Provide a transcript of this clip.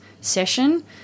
session